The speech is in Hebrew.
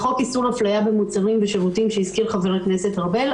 בחוק איסור אפליה במוצרים ושירותים שהזכיר חבר הכנסת ארבל,